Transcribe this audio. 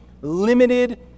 limited